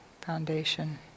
foundation